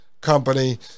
company